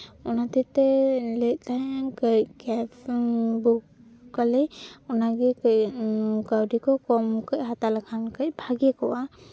ᱚᱱᱟ ᱦᱚᱛᱮᱡᱛᱮ ᱞᱟᱹᱭᱮᱜ ᱛᱟᱦᱮᱱᱟᱹᱧ ᱠᱟᱹᱡ ᱠᱮᱵᱽ ᱵᱩᱠ ᱟᱞᱮ ᱚᱱᱟᱜᱮ ᱠᱟᱹᱡ ᱠᱟᱹᱣᱰᱤ ᱠᱚ ᱠᱚᱢ ᱚᱠᱚᱡ ᱦᱟᱛᱟᱣ ᱞᱮᱠᱷᱟᱱ ᱠᱟᱹᱡ ᱵᱷᱟᱜᱮ ᱠᱚᱜᱼᱟ